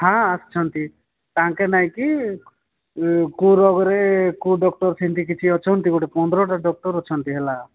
ହାଁ ଆସିଛନ୍ତି ତାଙ୍କେ ନାଇଁକି କୋଉ ରବିବାରେ କୋଉ ଡକ୍ଟର ସେମିତି କିିଛି ଅଛନ୍ତି ଗୋଟେ ପନ୍ଦରଟା ଡକ୍ଟର ଅଛନ୍ତି ହେଲା